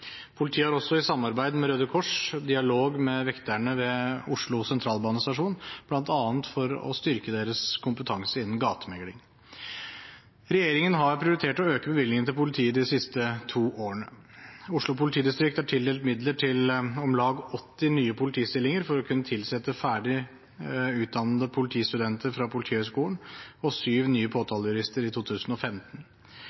Politiet har også i samarbeid med Røde Kors dialog med vekterne ved Oslo Sentralstasjon bl.a. for å styrke deres kompetanse innen gatemegling. Regjeringen har prioritert å øke bevilgningen til politiet de siste to årene. Oslo politidistrikt er tildelt midler til om lag 80 nye politistillinger for å kunne tilsette ferdig utdannede politistudenter fra Politihøgskolen og syv nye påtalejurister i 2015.